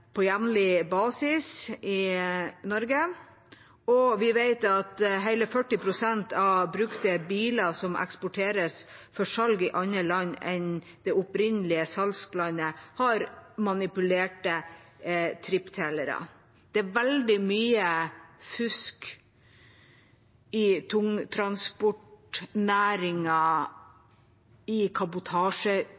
på jevnlig basis i Norge, og vi vet at hele 40 pst. av brukte biler som eksporteres for salg i andre land enn det opprinnelige salgslandet, har manipulerte tripptellere. Det er veldig mye fusk i